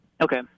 Okay